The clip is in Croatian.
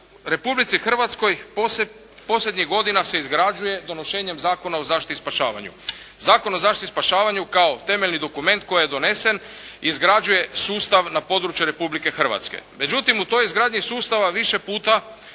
Republici Hrvatskoj posljednjih godina se izgrađuje donošenjem Zakona o zaštiti i spašavanju. Zakon o zaštiti i spašavanju kao temeljni dokument koji je donesen izgrađuje sustav na području Republike Hrvatske. Međutim, u toj izgradnji sustava više puta